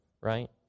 right